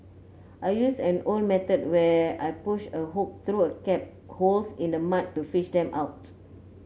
I use an old method where I push a hook through crab holes in the mud to fish them out